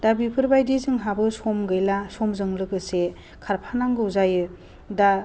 दा बेफोरबायदि जोंहाबो सम गैला समजों लोगोसे खारफानांगौ जायो दा